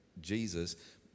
Jesus